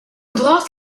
gloss